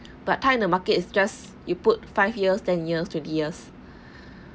but time the markets is just you put five years ten years twenty years